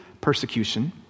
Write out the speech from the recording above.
persecution